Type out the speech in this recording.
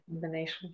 combination